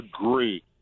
agree